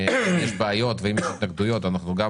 אם יש בעיות ואם יש התנגדויות אנחנו גם